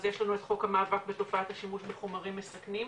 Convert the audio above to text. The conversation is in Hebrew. אז יש לנו את חוק המאבק בתופעת השימוש בחומרים מסכנים.